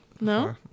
No